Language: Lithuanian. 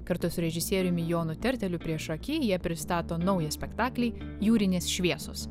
kartu su režisieriumi jonu terteliu priešaky jie pristato naują spektaklį jūrinės šviesos